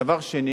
דבר שני